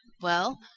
well,